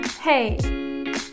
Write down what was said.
Hey